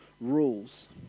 rules